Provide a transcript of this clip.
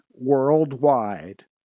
worldwide